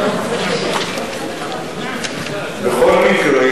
בכל מקרה,